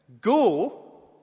go